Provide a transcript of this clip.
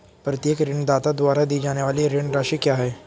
प्रत्येक ऋणदाता द्वारा दी जाने वाली ऋण राशि क्या है?